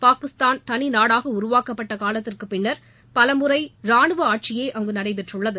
பாகிஸ்தான் தனிநாடாக உருவாக்கப்பட்ட காலத்திற்குபின் பலமுறை ராணுவ ஆட்சியே அங்கு நடைபெற்றுள்ளது